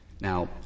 Now